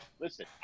listen